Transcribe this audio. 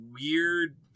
weird